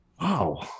Wow